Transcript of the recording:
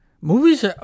Movies